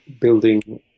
building